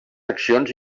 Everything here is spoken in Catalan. accions